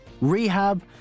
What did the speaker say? rehab